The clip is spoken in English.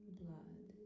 blood